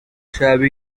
shabby